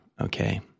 okay